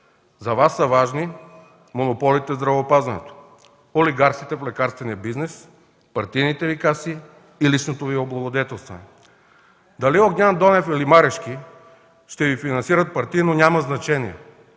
За Вас са важни монополите в здравеопазването, олигарсите в лекарствения бизнес, партийните Ви каси и личното Ви облагодетелстване. Дали Огнян Донев или Марешки ще Ви финансират партийно, няма значение.